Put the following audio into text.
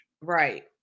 Right